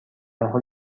حال